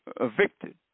evicted